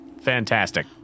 Fantastic